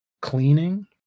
cleaning